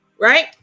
right